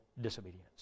disobedience